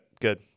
Good